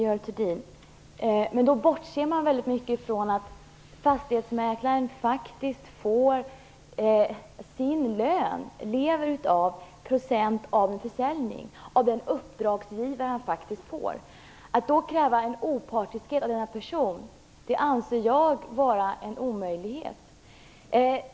Fru talman! Då bortser man ifrån att fastighetsmäklaren faktiskt får sin lön som en procent av det försäljningspris som uppdragsgivaren får. Att då kräva opartiskhet av denna person anser jag vara en omöjlighet.